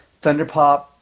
Thunderpop